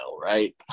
Right